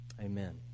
Amen